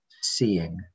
seeing